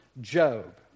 Job